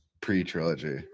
pre-trilogy